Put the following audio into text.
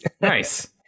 Nice